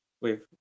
Wait